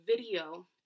video